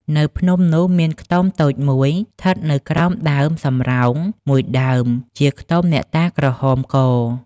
នៅភ្នំនោះ មានខ្ទមតូច ១ ឋិតនៅក្រោមដើមសំរោង ១ ដើម ជាខ្ទមអ្នកតាក្រហមក ។